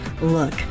look